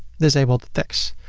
disable the tax.